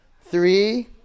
Three